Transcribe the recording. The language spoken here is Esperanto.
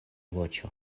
voĉo